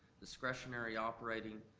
discretionary operating,